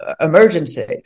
emergency